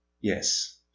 Yes